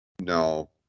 no